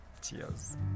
Cheers